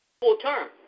full-term